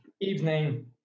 evening